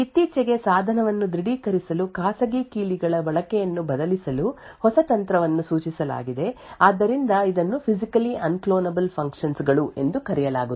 ಇತ್ತೀಚೆಗೆ ಸಾಧನವನ್ನು ದೃಢೀಕರಿಸಲು ಖಾಸಗಿ ಕೀಲಿಗಳ ಬಳಕೆಯನ್ನು ಬದಲಿಸಲು ಹೊಸ ತಂತ್ರವನ್ನು ಸೂಚಿಸಲಾಗಿದೆ ಆದ್ದರಿಂದ ಇದನ್ನು ಫಿಸಿಕಲಿ ಅನ್ಕ್ಲೋನಬಲ್ ಫಂಕ್ಷನ್ಸ್ ಗಳು ಎಂದು ಕರೆಯಲಾಗುತ್ತದೆ